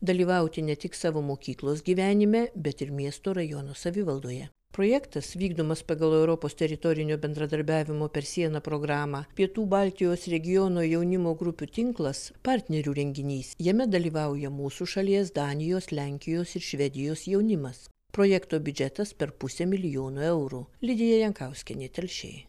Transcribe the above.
dalyvauti ne tik savo mokyklos gyvenime bet ir miesto rajono savivaldoje projektas vykdomas pagal europos teritorinio bendradarbiavimo per sieną programą pietų baltijos regiono jaunimo grupių tinklas partnerių renginys jame dalyvauja mūsų šalies danijos lenkijos ir švedijos jaunimas projekto biudžetas per pusę milijono eurų lidija jankauskienė telšiai